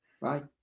Right